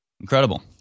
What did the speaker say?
Incredible